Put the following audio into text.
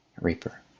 Reaper